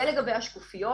זה לגבי השקופיות.